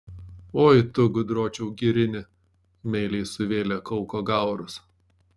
oi tu gudročiau girini meiliai suvėlė kauko gaurus